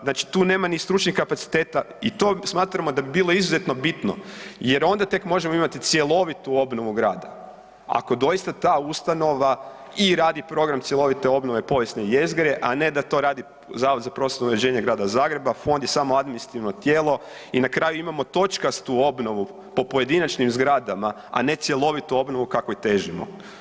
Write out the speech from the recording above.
Znači tu nema ni stručnih kapaciteta i to smatramo da bi bilo izuzetno bitno jer onda tek možemo imati cjelovitu obnovu grada ako doista ta ustanova i radi program cjelovite obnove povijesne jezgre, a ne da to radi Zavod za prostorno uređenje Grada Zagreba, fond je samo administrativno tijelo i na kraju imamo točkastu obnovu po pojedinačnim zgradama, a ne cjelovitu obnovu kakvoj težimo.